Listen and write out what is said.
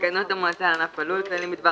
"תקנות המועצה לענף הלול (כללים בדבר